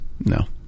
no